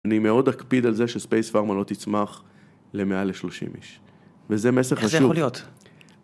אני מאוד אקפיד על זה שספייס פארמה לא תצמח למעל לשלושים איש, וזה מסר חשוב. איך זה יכול להיות?